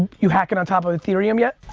you hacking on top of ethereum yet?